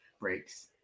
Breaks